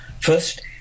First